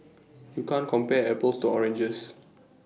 you can't compare apples to oranges